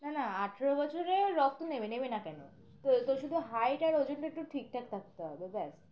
না না আঠেরো বছরে রক্ত নেবে নেবে না কেন তো তোর শুধু হাইট আর ওজনটা একটু ঠিক ঠাক থাকতে হবে ব্যাস